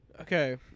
Okay